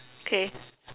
okay